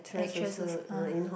actresses ah